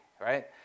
right